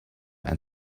and